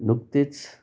नुकतेच